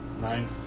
Nine